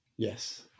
Yes